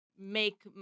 make